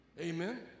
Amen